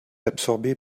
absorbée